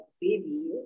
baby